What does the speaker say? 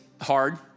hard